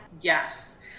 yes